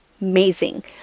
amazing